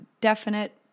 definite